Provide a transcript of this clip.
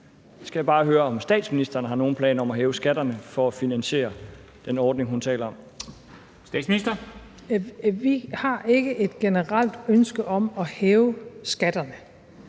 skal jeg bare høre, om statsministeren har nogen planer om at hæve skatterne for at finansiere den ordning, hun taler om. Kl. 00:14 Formanden (Henrik Dam Kristensen):